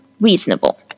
reasonable